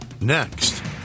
next